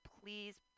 please